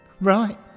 Right